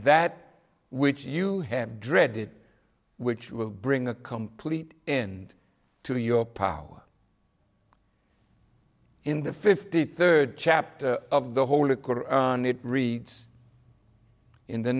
that which you have dreaded which will bring a complete end to your power in the fifty third chapter of the whole of it reads in the